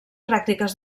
pràctiques